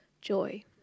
joy